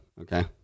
okay